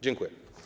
Dziękuję.